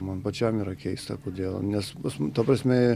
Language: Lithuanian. man pačiam yra keista kodėl nes nu ta prasme